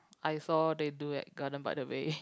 I saw they do at Garden by the Bay